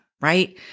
right